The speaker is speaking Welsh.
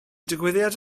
digwyddiad